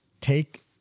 take